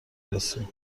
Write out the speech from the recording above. رسیم